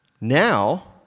Now